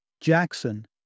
Jackson